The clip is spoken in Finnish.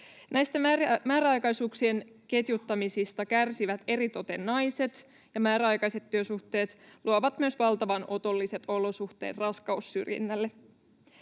Näistä määräaikaisuuksien ketjuttamisista kärsivät eritoten naiset, ja määräaikaiset työsuhteet luovat myös valtavan otolliset olosuhteet raskaussyrjinnälle.